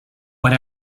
when